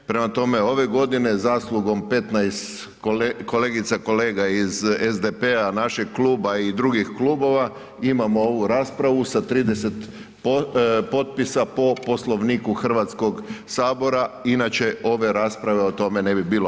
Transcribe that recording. Prema tome, ove godine zaslugom 15 kolegica i kolega iz SDP-a, našeg kluba i drugih klubova imamo ovu raspravu sa 30 potpisa po Poslovniku Hrvatskog sabora, inače ove rasprave o tome ne bi bilo.